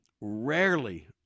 rarely